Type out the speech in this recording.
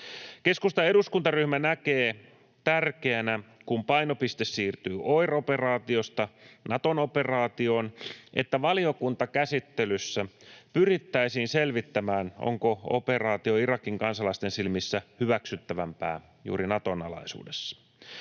Keskustan eduskuntaryhmä näkee tärkeänä — kun painopiste siirtyy OIR-operaatiosta Naton operaatioon — että valiokuntakäsittelyssä pyrittäisiin selvittämään, onko operaatio Irakin kansalaisten silmissä hyväksyttävämpää juuri Naton alaisuudessa.